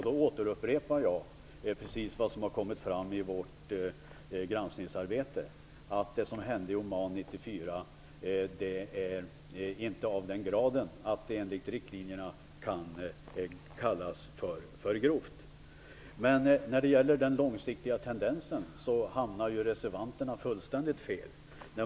Då återupprepar jag precis det som har kommit fram i vårt granskningsarbete: det som hände i Oman 1994 är inte av den graden att det enligt riktlinjerna kan kallas för grovt. När det gäller den långsiktiga tendensen hamnar reservanterna fullständigt fel.